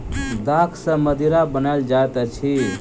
दाख सॅ मदिरा बनायल जाइत अछि